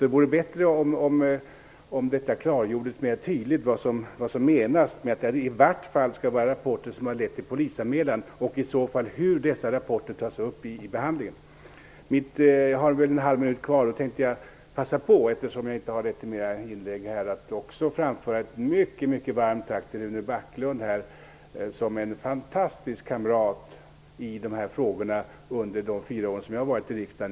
Det vore bra om det tydligt klargjordes vad som menas när man skriver att det skall vara fråga om förhållanden som i vart fall lett till polisanmälan, och hur dessa rapporter i så fall skall tas upp i behandlingen. Jag har väl en halv minut kvar. Eftersom jag inte har rätt till fler inlägg tänkte jag också passa på att framföra ett mycket varmt tack till Rune Backlund som har varit en fantastisk kamrat i de här frågorna under de fyra år som jag har varit i riksdagen.